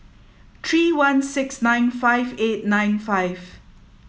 three one six nine five eight nine five